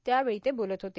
त्यावेळी ते बोलत होते